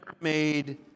made